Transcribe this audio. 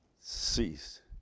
ceased